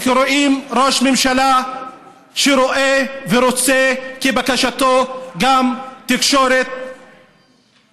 כשרואים ראש ממשלה שרואה ורוצה כבקשתו גם תקשורת,